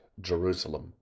Jerusalem